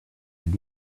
had